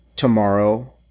Tomorrow